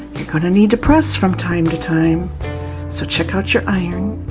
you're gonna need to press from time to time so check out your iron,